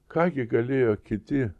ką gi galėjo kiti